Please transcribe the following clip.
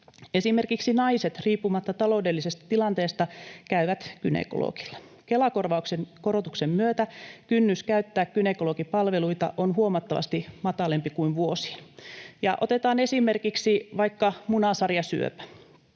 Esimerkiksi naiset riippumatta taloudellisesta tilanteestaan käyvät gynekologilla. Kela-korvauksen korotuksen myötä kynnys käyttää gynekologipalveluita on huomattavasti matalampi kuin vuosiin. Otetaan esimerkiksi vaikka munasarjasyöpä.